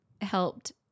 helped